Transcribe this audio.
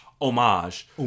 Homage